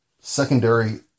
secondary